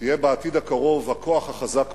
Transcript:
תהיה בעתיד הקרוב הכוח החזק בעולם,